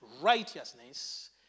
righteousness